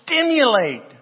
stimulate